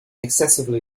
excessively